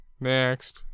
Next